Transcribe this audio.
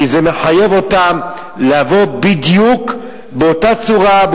כי זה מחייב אותם לבוא בדיוק באותה צורה,